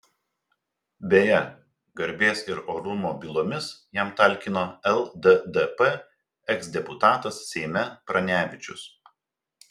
beje garbės ir orumo bylomis jam talkino lddp eksdeputatas seime pranevičius